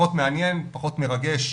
פחות מעניין, פחות מרגש.